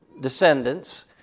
descendants